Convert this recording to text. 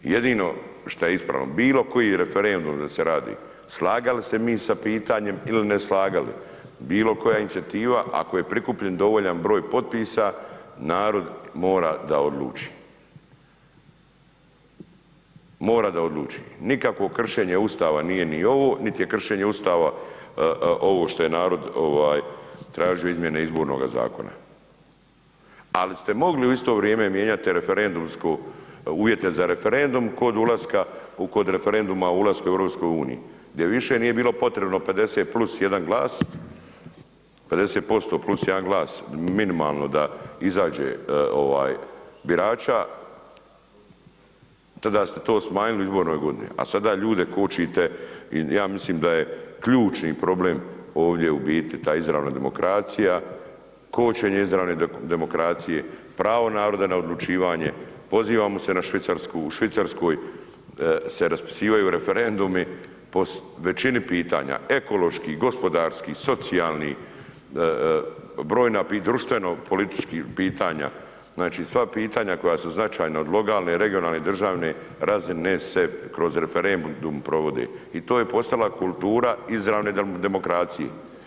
I jedino šta je ispravno bilo koji referendum da se radi slagali se mi sa pitanjem ili ne slagali, bilo koja inicijativa ako je prikupljen dovoljan broj potpisa, narod mora da odluči, mora da odluči, nikakvo kršenje Ustava nije ni ovo, niti je kršenje Ustava ovo što je narod tražio izmjene Izbornoga zakona, ali ste mogli u vrijeme mijenjati uvjete za referendum kod ulaska, kod referenduma u ulasku u EU, gdje više nije bilo potrebno 50 + 1 glas, 50% + 1 glas minimalno da izađe birača, tada ste to smanjili u izbornoj godini, a sada ljude kočite i ja mislim da je ključni problem ovdje u biti ta izravna demokracija, kočenje izravne demokracije, pravo naroda na odlučivanje, pozivamo se na Švicarsku, u Švicarskoj se raspisivaju referendumi po većini pitanja ekoloških, gospodarskih, socijalnih, brojna društveno politička pitanja, znači sva pitanja koja su značajna od lokalne, regionalne i državne razine se kroz referendum provode i to je postala kultura izravne demokracije.